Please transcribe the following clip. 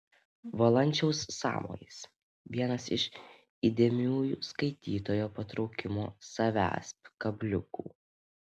valančiaus sąmojis vienas iš įdėmiųjų skaitytojo patraukimo savęsp kabliukų